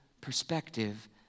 perspective